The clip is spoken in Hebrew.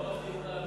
לא.